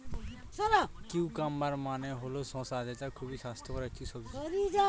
cucumber মানে হল শসা যেটা খুবই স্বাস্থ্যকর একটি সবজি